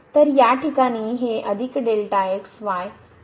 तर या ठिकाणी हे y